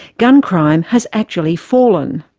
gun crime has actually fallen.